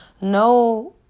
no